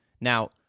now